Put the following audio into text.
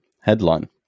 headline